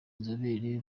inzobere